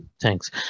thanks